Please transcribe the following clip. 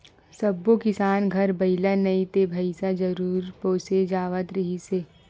सब्बो किसान घर बइला नइ ते भइसा जरूर पोसे जावत रिहिस हे